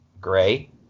gray